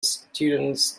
students